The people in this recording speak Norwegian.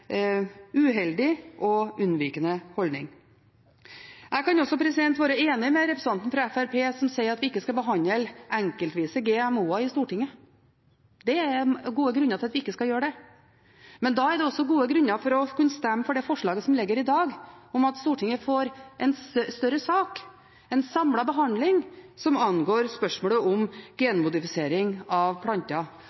uheldig og unnvikende holdning. Jeg kan også være enig med representanten fra Fremskrittspartiet som mener at vi ikke skal behandle GMO-er enkeltvis i Stortinget. Det er gode grunner for ikke å gjøre det, men det er også gode grunner for å stemme for det forslaget som ligger her i dag, om at Stortinget får en større sak – en samlet behandling av spørsmålet om genmodifisering av planter